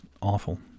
awful